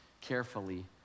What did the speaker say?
carefully